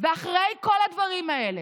ואחרי כל הדברים האלה,